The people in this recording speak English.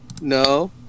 No